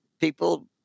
people